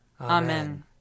Amen